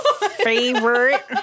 Favorite